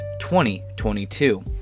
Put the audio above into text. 2022